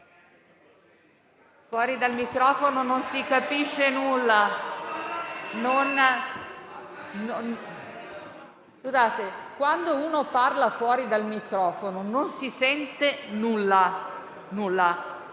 fuori microfono non si capisce nulla. Quando si parla fuori dal microfono non si sente